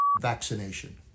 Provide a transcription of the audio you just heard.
vaccination